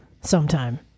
sometime